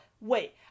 wait